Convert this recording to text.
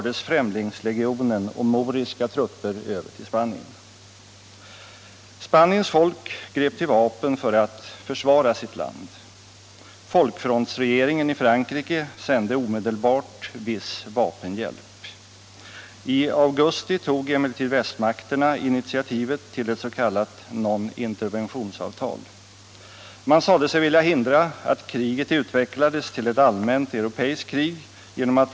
De förhoppningar om en liberalisering av regimen som av kretsar inom och utom Spanien knöts till prins Juan Carlos och hans trontillträde har icke infriats.